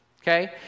okay